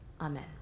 Amen